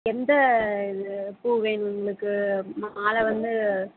எந்த இது பூ வேணும் உங்களுக்கு மாலை வந்து